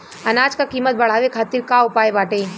अनाज क कीमत बढ़ावे खातिर का उपाय बाटे?